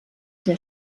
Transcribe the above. der